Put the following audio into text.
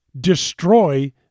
destroy